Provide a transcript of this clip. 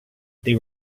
there